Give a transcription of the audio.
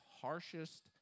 harshest